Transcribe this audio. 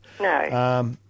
No